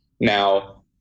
Now